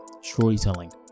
storytelling